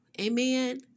Amen